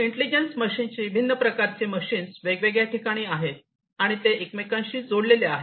intelligence मशीन्सची भिन्न प्रकारचे मशीन्स वेगवेगळ्या ठिकाणी आहेत आणि ते एकमेकांशी जोडलेले आहेत